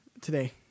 today